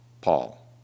Paul